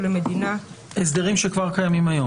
המדינה --- הסדרים שכבר קיימים היום.